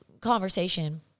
Conversation